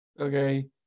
okay